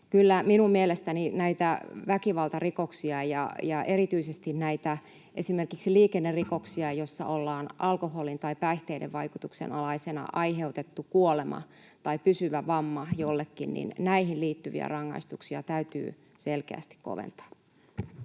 minun mielestäni väkivaltarikoksiin ja erityisesti esimerkiksi liikennerikoksiin, joissa ollaan alkoholin tai päihteiden vaikutuksen alaisena aiheutettu kuolema tai pysyvä vamma jollekin, liittyviä rangaistuksia täytyy selkeästi koventaa.